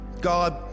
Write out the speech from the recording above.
God